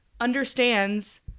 understands